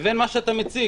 ובין מה שאתה מציג.